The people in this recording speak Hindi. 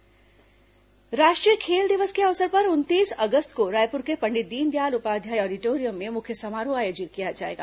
खेल अलंकरण पुरस्कार राष्ट्रीय खेल दिवस के अवसर पर उनतीस अगस्त को रायपुर के पंडित दीनदयाल उपाध्याय ऑडिटोरियम में मुख्य समारोह आयोजित किया जाएगा